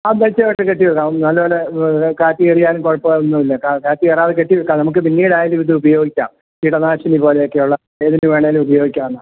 ആ വലിച്ചപ്പോലെ കെട്ടി വെക്കാം നല്ലപോലെ കാറ്റ് കയറിയാലും കുഴപ്പം ഒന്നും ഇല്ല കാറ്റ് കയറാതെ കെട്ടി വെക്കാം നമുക്ക് പിന്നീടായാലും ഇത് ഉപയോഗിക്കാം കീടനാശിനി പോലെയൊക്കെ ഉള്ള ഏതിന് വേണമെങ്കിലും ഉപയോഗിക്കാവുന്ന